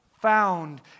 Found